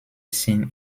seen